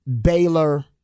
Baylor